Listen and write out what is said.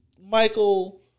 Michael